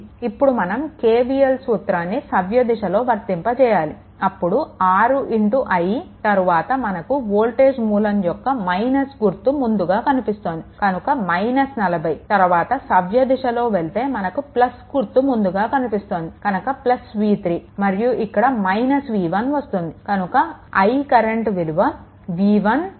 ఇప్పుడు మనం KVL సూత్రాన్ని సవ్య దిశలో వర్తింపచేయాలి అప్పుడు 6 i తరువాత మనకు వోల్టేజ్ మూలం యొక్క - గుర్తు ముందుగా కనిపిస్తోంది కనుక 40 తరువాత సవ్య దిశలో వెళ్తే మనకు గుర్తు ముందుగా కనిపిస్తోంది కనుక v3 మరియు ఇక్కడ v1 వస్తుంది కనుక i కరెంట్ విలువ v1 40 v3 6